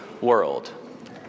world